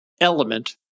element